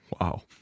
Wow